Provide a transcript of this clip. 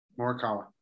Morikawa